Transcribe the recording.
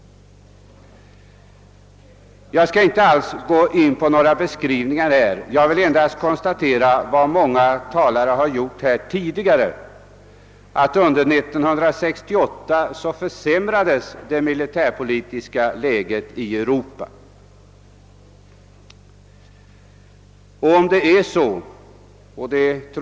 Jag skall inte ge mig in på någon beskrivning av det militärpolitiska läget utan vill endast i likhet med många tidigare talare konstatera, att det militärpolitiska läget i Europa försämrades under 1968.